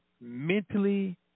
mentally